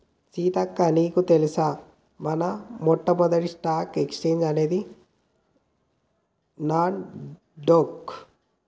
సీతక్క నీకు తెలుసా మన మొట్టమొదటి స్టాక్ ఎక్స్చేంజ్ అనేది నాస్ డొక్